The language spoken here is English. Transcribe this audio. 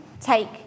take